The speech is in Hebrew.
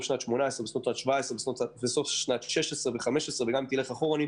שנת 2018 וסוף שנת 2017 וסוף שנת 2016 וגם אם תלך עוד אחורנית